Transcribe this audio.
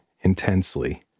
intensely